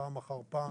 פעם אחר פעם,